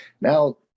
Now